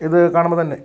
ഇത് കാണുമ്പം തന്നെ